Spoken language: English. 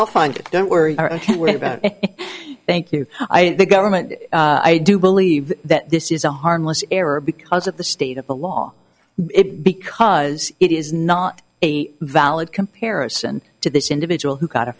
i'll find it don't worry about it thank you the government i do believe that this is a harmless error because of the state of the law it because it is not a valid comparison to this individual who got a